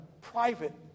private